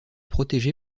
protégé